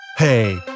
Hey